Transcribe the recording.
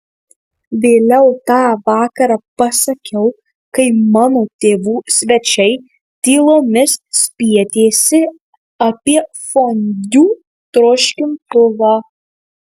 vėliau tą vakarą pasakiau kai mano tėvų svečiai tylomis spietėsi apie fondiu troškintuvą